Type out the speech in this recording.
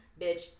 Bitch